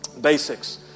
Basics